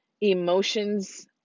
emotions